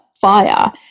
fire